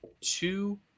two